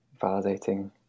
validating